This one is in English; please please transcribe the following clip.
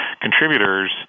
contributors